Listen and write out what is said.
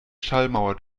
schallmauer